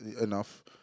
enough